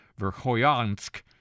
Verkhoyansk